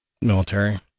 military